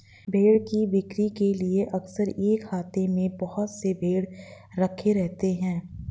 भेंड़ की बिक्री के लिए अक्सर एक आहते में बहुत से भेंड़ रखे रहते हैं